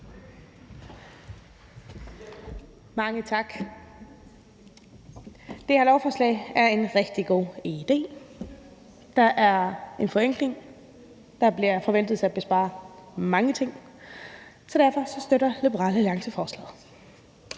Mange tak. Det her lovforslag er en rigtig god idé. Der er tale om en forenkling, og det forventes, at der kan spares mange ting. Så derfor støtter Liberal Alliance forslaget.